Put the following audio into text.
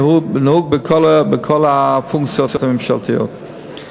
נהוג בכל הפונקציות הממשלתיות.